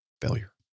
failure